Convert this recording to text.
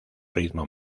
ritmo